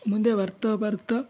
ಮುಂದೆ ಬರ್ತಾ ಬರ್ತಾ